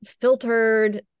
filtered